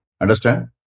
Understand